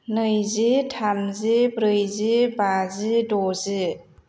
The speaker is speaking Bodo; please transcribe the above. नैजि थामजि ब्रैजि बाजि द'जि